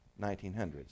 1900s